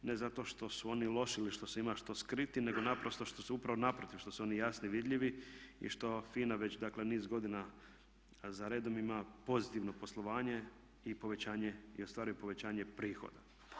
Ne zato što su oni loši ili što se ima što skriti nego naprosto upravo naprotiv što su oni jasno vidljivi i što FINA već dakle niz godina za redom ima pozitivno poslovanje i ostvaruje povećanje prihoda.